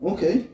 Okay